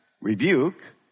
Rebuke